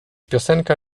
piosenka